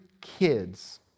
kids